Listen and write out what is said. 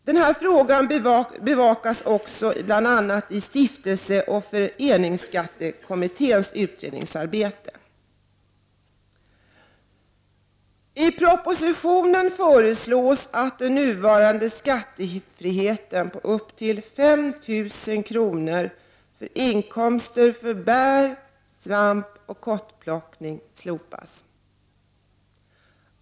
Den här frågan bevakas också bl.a. i stiftelseoch föreningsskattekommitfens utredningsarbete. I propositionen föreslås att den nuvarande skattefriheten på upp till 5 000 kr. för inkomster från bär-, svampoch kottplockning slopas.